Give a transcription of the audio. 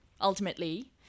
ultimately